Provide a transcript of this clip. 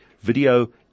video